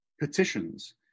petitions